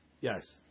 Yes